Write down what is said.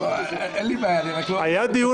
אבל היה דיון.